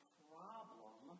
problem